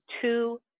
two